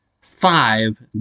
five